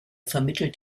vermittelt